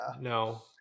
No